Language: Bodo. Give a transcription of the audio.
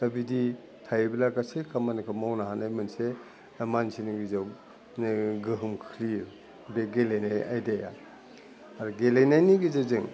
दा बिदि थायोब्ला गासै खामानिखौ मावनो हानाय मोनसे मानसिनि गेजेरावनो गोहोम खोख्लैयो बे गेलेनाय आयदाया आरो गेलेनायनि गेजेरजों